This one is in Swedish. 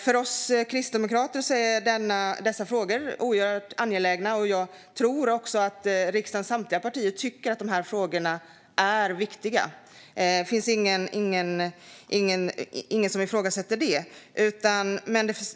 För oss kristdemokrater är dessa frågor mycket angelägna, och jag tror att riksdagens samtliga partier tycker att dessa frågor är viktiga. Det är ingen som ifrågasätter det.